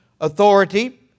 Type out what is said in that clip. authority